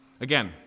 Again